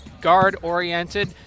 guard-oriented